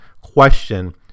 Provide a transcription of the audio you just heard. question